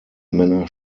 männer